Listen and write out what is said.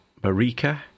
Marika